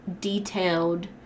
detailed